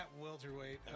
welterweight